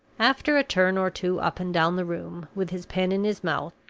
after a turn or two up and down the room, with his pen in his mouth,